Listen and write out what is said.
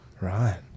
Right